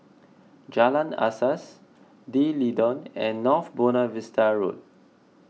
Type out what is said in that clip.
Jalan Asas D'Leedon and North Buona Vista Road